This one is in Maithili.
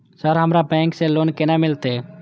सर हमरा बैंक से लोन केना मिलते?